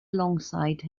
alongside